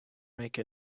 make